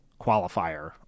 qualifier